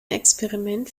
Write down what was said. experiment